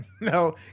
No